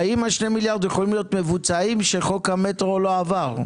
האם הם יכולים להיות מבוצעים כשחוק המטרו לא עבר?